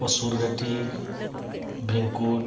ᱚᱥᱩᱨᱜᱷᱟᱹᱴᱤ ᱵᱷᱤᱝᱠᱩᱰ